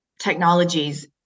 technologies